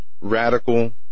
radical